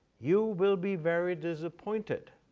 you will be very disappointed.